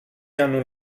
hanno